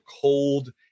cold